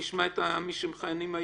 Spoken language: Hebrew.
נשמע את מי שמכהנים היום.